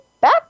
back